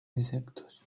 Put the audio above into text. insectos